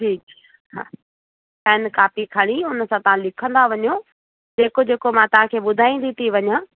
जी हा pen copy खणी हुन सां तव्हां लिखंदा वञो जेको जेको मां तव्हांखे ॿुधाईंदी थी वञा